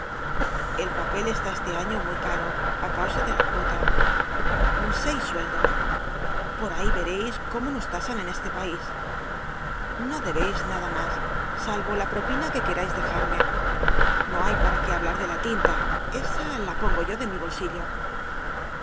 el papel est i este aiío muy caro á causa de la cuota seis sueldos por ahi vel'cis cómo nos lasan en este país no dchcis nada mas salvo la popina que quemis dejarme lo hay para qué hablar de la tinta esa la pongo yo de mi bolsillo fe